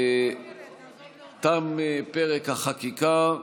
תם פרק החקיקה.